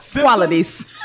qualities